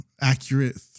accurate